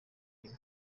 rimwe